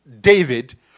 David